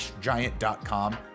Giant.com